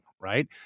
right